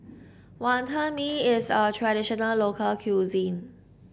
Wantan Mee is a traditional local cuisine